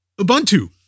Ubuntu